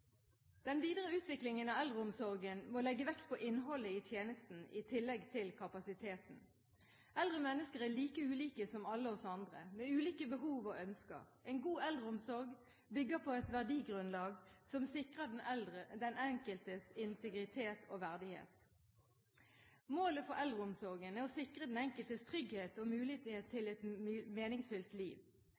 Den videre utviklingen av eldreomsorgen må legge vekt på innholdet i tjenesten – i tillegg til kapasiteten. Eldre mennesker er like ulike som alle oss andre, med ulike behov og ønsker. En god eldreomsorg bygger på et verdigrunnlag som sikrer den enkeltes integritet og verdighet. Målet for eldreomsorgen er å sikre den enkeltes trygghet og mulighet til et meningsfylt liv.